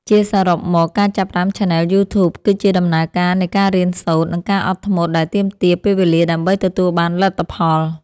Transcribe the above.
ជាសរុបមក ការចាប់ផ្តើមឆានែលយូធូប គឺជាដំណើរការនៃការរៀនសូត្រ និងការអត់ធ្មត់ដែលទាមទារពេលវេលាដើម្បីទទួលបានលទ្ធផល។